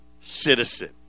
citizen